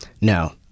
no